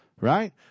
right